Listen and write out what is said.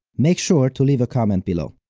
make sure to leave a comment below.